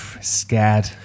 Scared